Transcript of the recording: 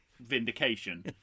vindication